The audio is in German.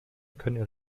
können